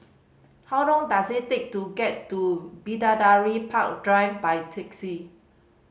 how long does it take to get to Bidadari Park Drive by taxi